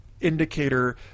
indicator